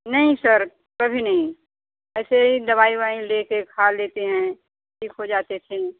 नहीं सर कभी नहीं ऐसे ही दवाई ओवाई लेके खा लेते हैं ठीक हो जाते थे